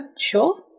sure